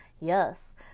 yes